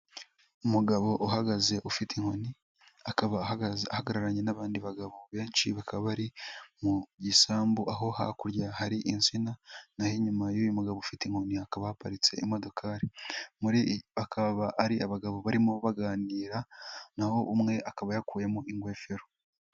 Umugabo uhagaze ufite inkoni, akaba ahagararanye n'abandi bagabo benshi bakaba bari mu gisambu, aho hakurya hari insina naho inyuma y'uyu mugabo ufite inkoni hakaba haparitse imodokari. Akaba ari abagabo barimo baganira naho umwe akaba yakuyemo ingofero.